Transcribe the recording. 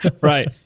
Right